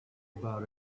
about